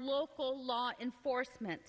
local law enforcement